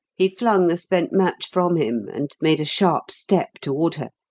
he flung the spent match from him, and made a sharp step toward her,